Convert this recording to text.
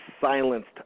silenced